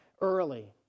early